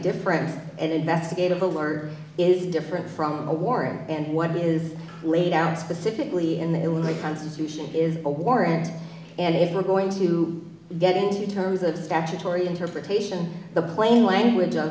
difference and investigative alert is different from a warrant and what is laid out specifically in the illinois constitution is a warrant and if we're going to get into terms of statutory interpretation the plain language o